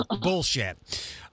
Bullshit